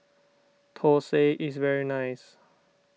Thosai is very nice